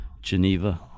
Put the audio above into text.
Geneva